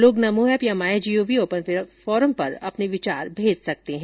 लोग नमो ऐप या my gov open forum पर अपने विचार साझा कर सकते हैं